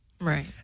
Right